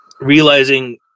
realizing